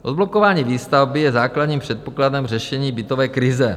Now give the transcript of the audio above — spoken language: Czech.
Odblokování výstavby je základním předpokladem řešení bytové krize.